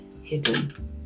hidden